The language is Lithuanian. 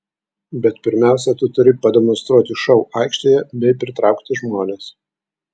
bet pirmiausia tu turi pademonstruoti šou aikštėje bei pritraukti žmones